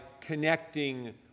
connecting